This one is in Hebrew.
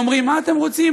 אומרים: מה אתם רוצים?